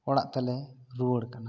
ᱚᱲᱟᱜ ᱛᱮᱞᱮ ᱨᱩᱭᱟᱹᱲ ᱠᱟᱱᱟ